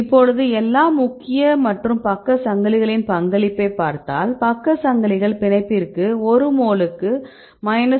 இப்பொழுது எல்லா முக்கிய மற்றும் பக்க சங்கிலிகளின் பங்களிப்பை பார்த்தால் பக்க சங்கிலிகள் பிணைப்பிற்கு ஒரு மோலுக்கு 1